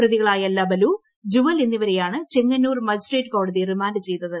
പ്രതികളായ ലബലു ജുവൽ എന്നീപ്പരെയാണ് ചെങ്ങന്നൂർ മജിസ്ട്രേറ്റ് കോടതി റിമാന്റ് ചെയ്തത്